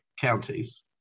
counties